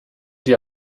die